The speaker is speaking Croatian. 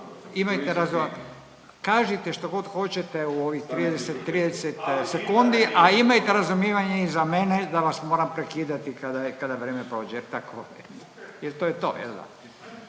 Dajte molim vas, kažite što god hoćete u ovih 30 sekundi, a imajte razumijevanja i za mene da vas moram prekidati kada vrijeme prođe jer to je to.